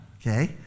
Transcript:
Okay